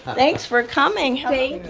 thanks for coming.